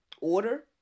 order